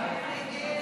ההצעה להעביר